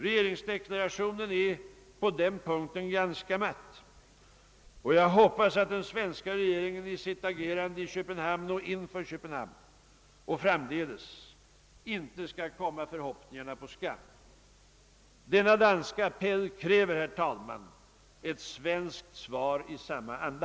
Regeringsdeklarationen är på denna punkt ganska matt, och jag hoppas att den svenska regeringen i sitt agerande i Köpenhamn — och inför Köpenhamn — och framdeles inte skall komma förhoppningarna på skam. Denna danska appell kräver, herr talman, ett svenskt svar i samma anda!